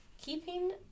keeping